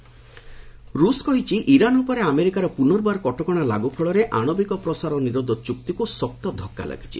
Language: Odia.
ଇରାନ୍ ରୁଷ୍ ରୁଷ୍ କହିଛି ଇରାନ୍ ଉପରେ ଆମେରିକାର ପୁନର୍ବାର କଟକଣା ଲାଗୁ ଫଳରେ ଆଣବିକ ପ୍ରସାର ନିରୋଧ ଚୁକ୍ତିକୁ ଶକ୍ତ ଧକ୍କା ଲାଗିଛି